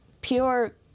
pure